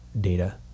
data